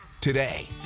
today